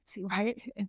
right